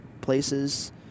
places